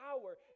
power